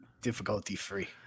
difficulty-free